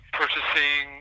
purchasing